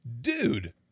Dude